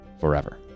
forever